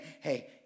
hey